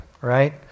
right